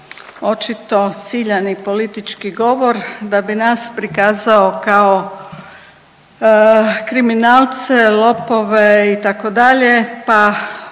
očito ciljani politički govor da bi nas prikazao kao kriminalce, lopove itd.,